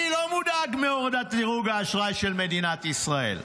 אני לא מודאג מהורדת דירוג האשראי של מדינת ישראל.